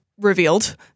revealed